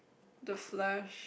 the flash